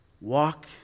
walk